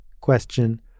question